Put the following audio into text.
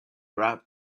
wrapped